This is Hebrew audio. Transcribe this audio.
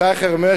שי חרמש,